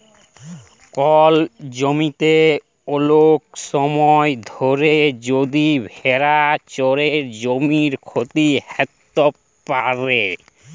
call জমিতে ওলেক সময় ধরে যদি ভেড়া চরে জমির ক্ষতি হ্যত প্যারে